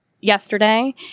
yesterday